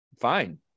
fine